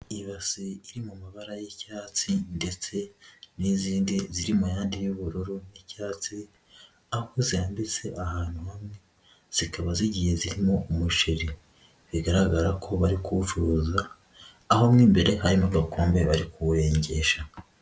Ibase iri mu mabara y'icyatsi ndetse n'izindi ziri mu yandi y'ubururu, icyatsi, aho zirambitse ahantu hamwe, zikaba zigiye zirimo umuceri, bigaragara ko bari kuwucuruza, aho mo imbere harimo agakombe bari kuwurengesha.